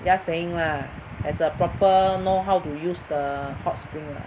just saying lah as a proper know how to use the hot spring lah